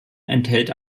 enthält